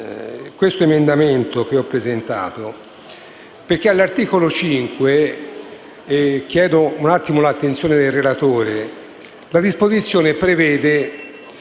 Grazie,